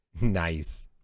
Nice